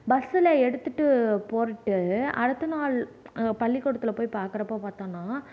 பஸ்ஸில எடுத்துட்டு போறட்டு அடுத்த நாள் பள்ளிக்கூடத்தில் போய் பார்க்குறப்போ பாத்தோம்னா